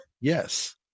Yes